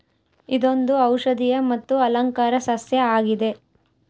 ಇದೊಂದು ಔಷದಿಯ ಮತ್ತು ಅಲಂಕಾರ ಸಸ್ಯ ಆಗಿದೆ